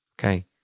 Okay